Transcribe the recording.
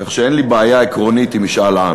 כך שאין לי בעיה עקרונית עם משאל עם.